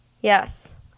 Yes